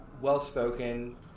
well-spoken